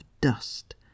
dust